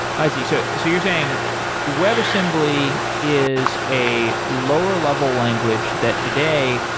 i see. so so you're saying web assembly is a lower level language that, today,